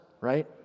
right